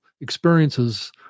experiences